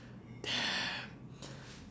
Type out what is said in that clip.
damn